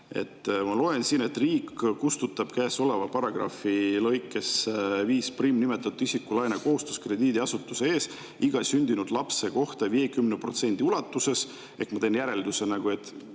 Ma loen siit, et riik kustutab käesoleva paragrahvi lõikes 51nimetatud isiku laenukohustused krediidiasutuse ees iga sündinud lapse kohta 50% ulatuses. Ehk ma teen järelduse, et